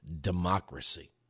democracy